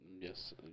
Yes